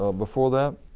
ah before that.